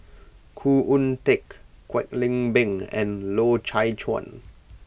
Khoo Oon Teik Kwek Leng Beng and Loy Chye Chuan